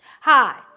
Hi